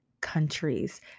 countries